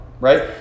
Right